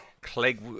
Clegg